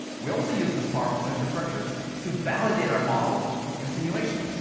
we also use this powerful infrastructure to validate our models in simulation.